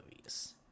movies